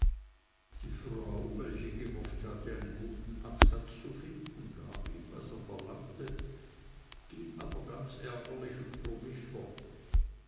die frau welche gehofft hatte einen guten absatz zu finden gab ihm was er verlangte ging aber ganz ärgerlich und brummig fort